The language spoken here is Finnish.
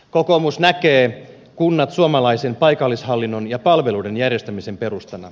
kokoomus näkee kunnat suomalaisen paikallishallinnon ja palveluiden järjestämisen perustana